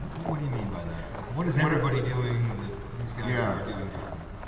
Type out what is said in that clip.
what do you mean by that? like what is everybody doing that these guys yeah are doing differently?